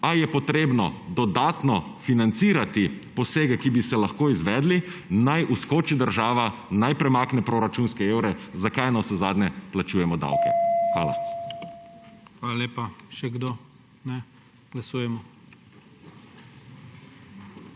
ali je potrebno dodatno financirati posege, ki bi se lahko izvedli, naj vskoči država, naj premakne proračunske evre, zakaj navsezadnje plačujemo davke. Hvala. PREDSEDNIK IGOR